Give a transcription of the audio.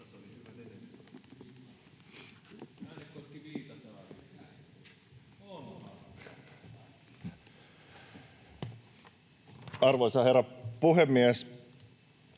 Arvoisa herra puhemies!